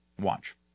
Watch